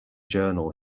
journal